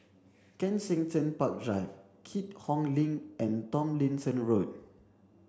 Kensington Park Drive Keat Hong Link and Tomlinson Road